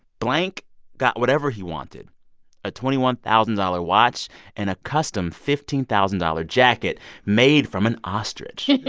blank got whatever he wanted a twenty one thousand dollars watch and a custom fifteen thousand dollars jacket made from an ostrich.